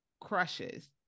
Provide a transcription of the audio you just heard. crushes